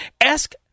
Ask